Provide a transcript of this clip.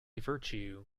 virtue